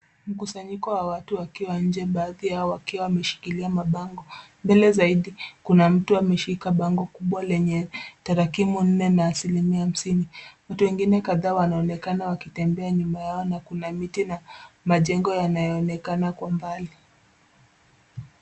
Mkusanyiko wa watu wakiwa nje baadhi yao wakiwa wameshikilia mabango ,mbele zaidi kuna mtu ameshika bango kubwa lenye tarakimu nne na asilimia hamsini ,watu wengine kadhaa wanaonekana wakitembea nyuma yao na kula miti na majengo yanayoonekana kwa mbali.